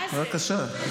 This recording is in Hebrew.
מה אמרת?